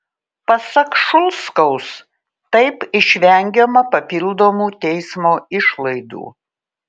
pasak šulskaus taip išvengiama papildomų teismo išlaidų